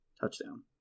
touchdown